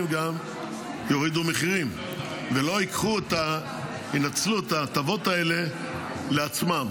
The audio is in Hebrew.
גם יורידו מחירים ולא ינצלו את ההטבות האלה לעצמם.